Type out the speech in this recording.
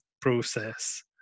process